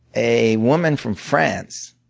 a woman from france.